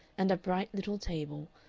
and a bright little table,